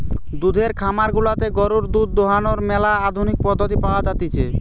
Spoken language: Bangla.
দুধের খামার গুলাতে গরুর দুধ দোহানোর ম্যালা আধুনিক পদ্ধতি পাওয়া জাতিছে